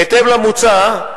בהתאם למוצע,